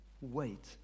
wait